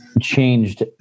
changed